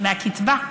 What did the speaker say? מהקצבה.